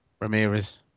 Ramirez